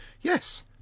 yes